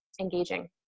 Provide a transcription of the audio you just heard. engaging